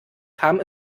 kam